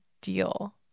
deal